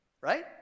Right